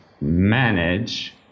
manage